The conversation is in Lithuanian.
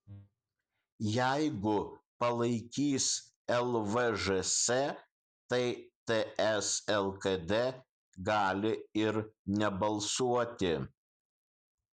jeigu palaikys lvžs tai ts lkd gali ir nebalsuoti